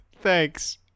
Thanks